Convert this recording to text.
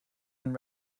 and